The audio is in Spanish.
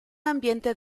ambiente